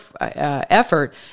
effort